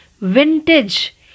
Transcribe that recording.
vintage